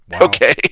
okay